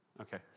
okay